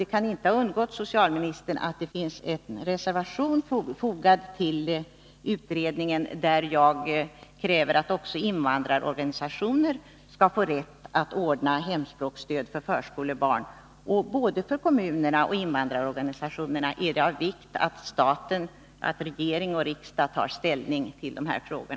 Det kan inte ha undgått socialministern att det finns en reservation fogad till utredningens betänkande, där jag kräver att också invandrarorganisationer skall få rätt att ordna hemspråksstöd för förskolebarn. Både för kommunerna och för 83 invandrarorganisationerna är det av vikt att staten, regering och riksdag, tar ställning till dessa frågor.